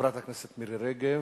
חברת הכנסת מירי רגב,